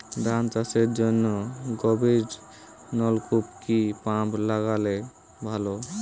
ধান চাষের জন্য গভিরনলকুপ কি পাম্প লাগালে ভালো?